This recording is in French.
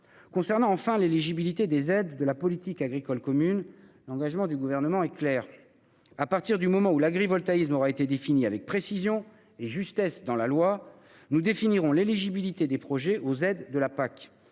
concernant l'éligibilité aux aides de la politique agricole commune, l'engagement du Gouvernement est clair : à partir du moment où l'agrivoltaïsme aura été défini avec précision et justesse dans la loi, nous définirons l'éligibilité des projets aux aides de la PAC.